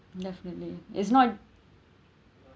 definitely is not